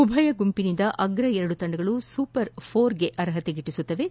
ಉಭಯ ಗುಂಪಿನಿಂದ ಅಗ್ರ ಎರಡು ತಂಡಗಳು ಸೂಪರ್ ಫೋರ್ಗೆ ಅರ್ಹತೆ ಗಿಟ್ಟಿಸಲಿವೆ